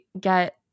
get